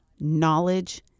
Knowledge